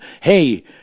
hey